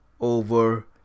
over